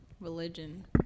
religion